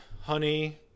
Honey